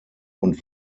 und